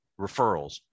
referrals